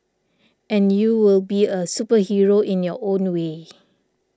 and you will be a superhero in your own way